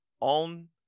on